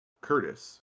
Curtis